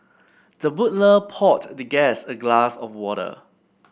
the butler poured the guest a glass of water